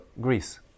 Greece